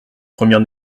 première